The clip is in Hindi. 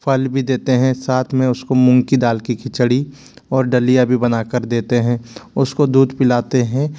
फल भी देते हैं साथ में उसको मूंग की दाल की खिचड़ी और दलिया भी बना कर देते हैं उसको दूध पिलाते हैं